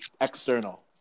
external